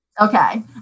Okay